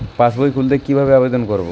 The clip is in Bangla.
পাসবই খুলতে কি ভাবে আবেদন করব?